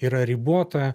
yra ribota